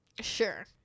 sure